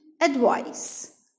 advice